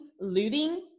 looting